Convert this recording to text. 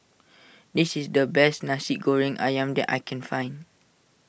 this is the best Nasi Goreng Ayam that I can find